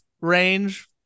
range